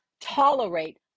tolerate